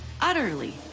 utterly